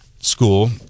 school